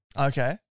Okay